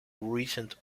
recent